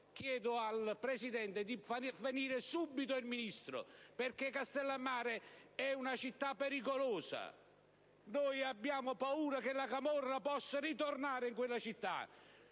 Chiedo al Presidente di far venire subito in Aula il Ministro, perché Castellammare è una città pericolosa. Abbiamo paura che la camorra possa ritornare in quella città,